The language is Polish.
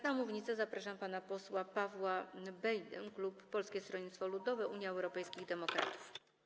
Na mównicę zapraszam pana posła Pawła Bejdę, klub Polskiego Stronnictwa Ludowego - Unii Europejskich Demokratów.